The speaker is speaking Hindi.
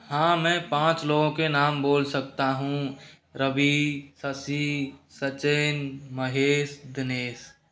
हाँ मैं पाँच लोगों के नाम बोल सकता हूँ रवि शशि सचिन महेश दिनेश